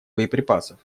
боеприпасов